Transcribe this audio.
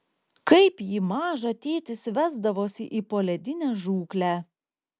kaip jį mažą tėtis vesdavosi į poledinę žūklę